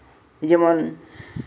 ᱡᱮᱢᱚᱱ